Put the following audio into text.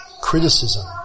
criticism